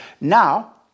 Now